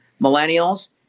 millennials